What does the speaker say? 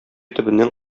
төбеннән